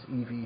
EV